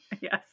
Yes